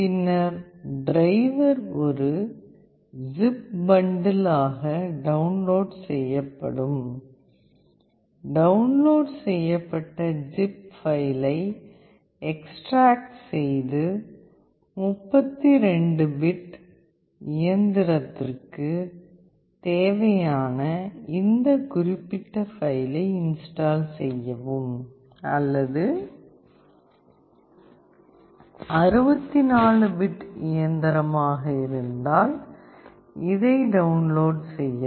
பின்னர் டிரைவர் ஒரு zip bundle ஆக டவுன்லோட் செய்யப்படும் டவுன்லோட் செய்யப்பட்ட ஜிப் பைலை எக்ஸ்டிரேக்ட் செய்து 32 பிட் இயந்திரத்திற்கு தேவையான இந்த குறிப்பிட்ட பைலை இன்ஸ்டால் செய்யவும் அல்லது அது 64 பிட் இயந்திரமாக இருந்தால் இதை டவுன்லோட் செய்யவும்